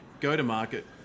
go-to-market